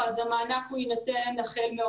שהסף יהיה בשקלים,